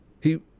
He